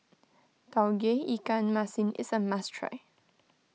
Tauge Ikan Masin is a must try